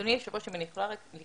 אדוני היושב ראש, אם אני יכולה רגע?